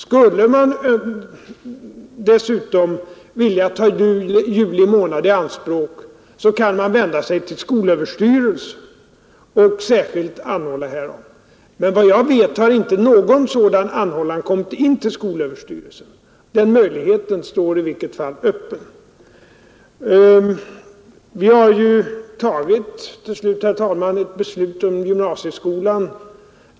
Skulle man dessutom vilja ta juli månad i anspråk, så kan man vända sig till skolöverstyrelsen och särskilt anhålla härom. Vad jag vet, har inte någon sådan anhållan inkommit till skolöverstyrelsen, men möjligheten står öppen. Vi har ju tagit ett beslut om gymnasieskolan.